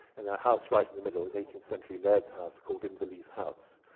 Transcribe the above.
in a house right in the middle, and eighteenth century laird's house called inverleith house,